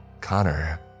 Connor